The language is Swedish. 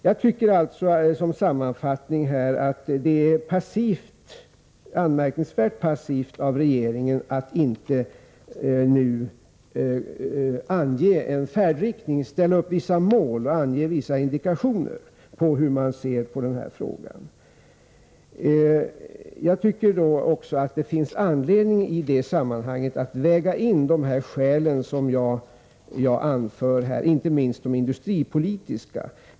Som sammanfattning vill jag säga att jag tycker att det är anmärkningsvärt passivt av regeringen att inte nu ange en färdriktning, ställa upp vissa mål och ange vissa indikationer på hur man ser på den här frågan. Jag tycker också att det finns anledning att i det sammanhanget väga in de skäl som jag anför här, inte minst de industripolitiska.